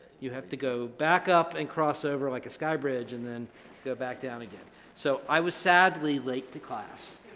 you have to go back up and cross over like a sky bridge and then go back down again, so i was sadly late to class,